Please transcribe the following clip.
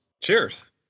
cheers